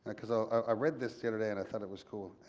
but cause i i read this the other day and i thought it was cool.